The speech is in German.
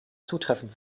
zutreffend